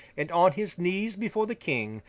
and on his knees before the king,